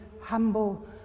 humble